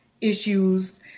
issues